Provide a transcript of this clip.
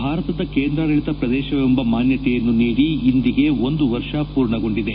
ಭಾರತದ ಕೇಂದ್ರಾಡಳಿತ ಪ್ರದೇಶವೆಂಬ ಮಾನ್ಕತೆಯನ್ನು ನೀಡಿ ಇಂದಿಗೆ ಒಂದು ವರ್ಷ ಮೂರ್ಣಗೊಂಡಿದೆ